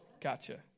Gotcha